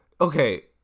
Okay